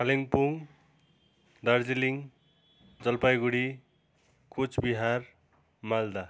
Kalimpong Darjeeling Jalpaiguri Cooch Behar Malda